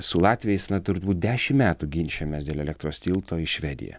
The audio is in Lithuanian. su latviais na turbūt dešimt metų ginčijomės dėl elektros tilto į švediją